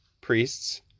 priests